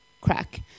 crack